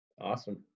Awesome